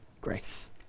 grace